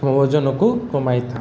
ଓ ଓଜନକୁ କମାଇଥାଉ